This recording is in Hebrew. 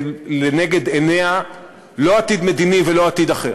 לנגד עיניה לא עתיד מדיני ולא עתיד אחר,